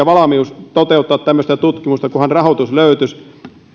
valmius toteuttaa tämmöistä tutkimusta kunhan rahoitus löytyisi